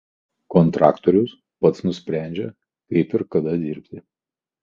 kontraktorius pats nusprendžia kaip ir kada dirbti